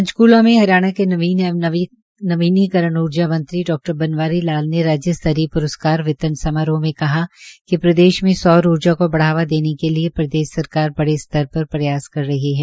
पंचकूला में हरियाणा के नवीन एवं नवीनीकरण ऊर्जा मंत्री डा बनवारी लाल ने राज्य स्तरीय प्रस्कार वितरण समारोह में कहा कि प्रदेश में सौर उर्जा को बढावा देने के लिये प्रदेश सरकार बड़े स्तर पर प्रयास कर रही है